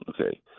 okay